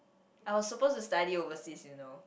I was supposed to study overseas you know